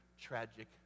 tragic